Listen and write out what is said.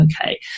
Okay